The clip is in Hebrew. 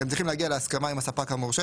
אתם צריכים להגיע להסכמה עם הספק המורשה,